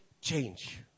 change